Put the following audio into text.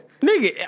Nigga